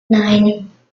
nine